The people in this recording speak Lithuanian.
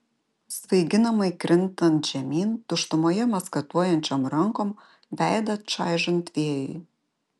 svaiginamai krintant žemyn tuštumoje maskatuojančiom rankom veidą čaižant vėjui